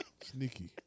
Sneaky